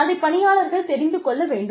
அதை பணியாளர்கள் தெரிந்து கொள்ள வேண்டும்